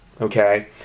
okay